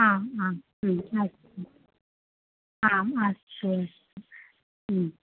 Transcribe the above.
आम् आम् अस्तु आम् अस्तु अस्तु